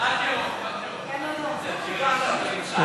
הרשות השנייה לטלוויזיה ורדיו (תיקון מס' 33) (תיקון מס'